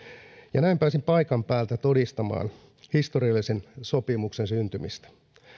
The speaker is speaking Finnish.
ja näin pääsin paikan päältä todistamaan historiallisen sopimuksen syntymistä